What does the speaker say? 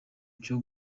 cyo